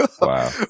Wow